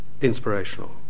inspirational